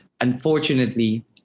unfortunately